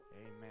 Amen